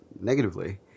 negatively